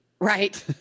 Right